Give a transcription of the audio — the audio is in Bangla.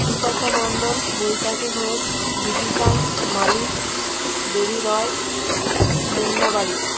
বিপাশা মন্ডল বৈশাখী ঘোষ বিদিশা মালিক বেবি রায় মুন্না বারিক